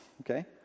okay